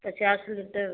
पचास लीटर